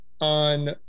on